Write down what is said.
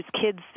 kids